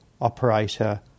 operator